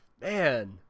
man